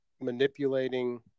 manipulating